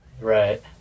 right